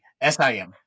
S-I-M